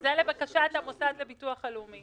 זה לבקשת המוסד לביטוח לאומי.